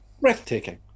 Breathtaking